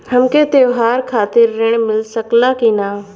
हमके त्योहार खातिर त्रण मिल सकला कि ना?